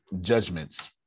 judgments